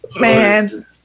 Man